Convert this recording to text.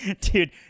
Dude